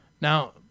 Now